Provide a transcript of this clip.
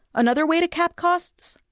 another way to cap costs?